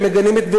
ומגנים את,